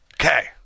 Okay